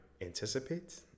anticipate